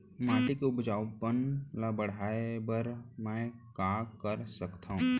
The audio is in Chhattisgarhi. माटी के उपजाऊपन ल बढ़ाय बर मैं का कर सकथव?